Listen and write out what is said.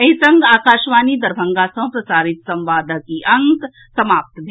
एहि संग आकाशवाणी दरभंगा सँ प्रसारित संवादक ई अंक समाप्त भेल